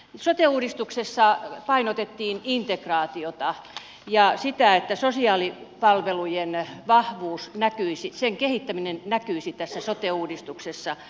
sote uudistuksessa painotettiin integraatiota ja sitä että sosiaalipalvelujen vahvuus niiden kehittäminen näkyisi tässä sote uudistuksessa